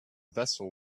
vessel